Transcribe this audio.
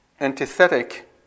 antithetic